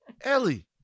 Ellie